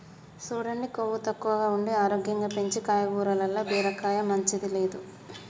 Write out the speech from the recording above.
సూడండి కొవ్వు తక్కువగా ఉండి ఆరోగ్యం పెంచీ కాయగూరల్ల బీరకాయని మించింది లేదు